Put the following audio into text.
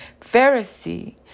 Pharisee